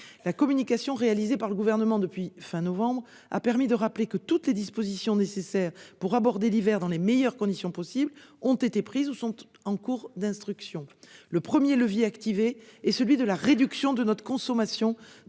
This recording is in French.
La communication réalisée par le Gouvernement depuis la fin du mois de novembre a permis de rappeler que toutes les dispositions nécessaires pour aborder l'hiver dans les meilleures conditions possible ont été prises ou sont en cours d'instruction. Le premier levier activé est celui de la réduction de notre consommation